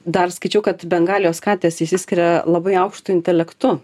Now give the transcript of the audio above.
dar skaičiau kad bengalijos katės išsiskiria labai aukštu intelektu